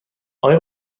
آیا